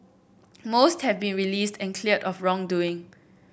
most have been released and cleared of wrongdoing